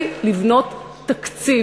חירום.